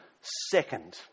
second